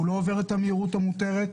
הוא לא עובר את המהירות המותרת.